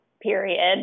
period